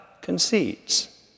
concedes